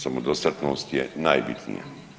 Samodostatnost je najbitnija.